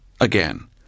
Again